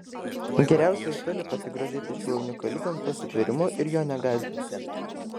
geriausia iš toli pasigrožėti šiuo unikaliu gamtos sutvėrimu ir jo negąsdinti